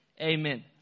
Amen